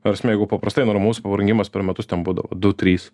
ta prasme jeigu paprastai normalus pabrangimas per metus ten būdavo du trys